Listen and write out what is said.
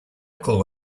uncle